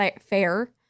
fair